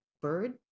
bird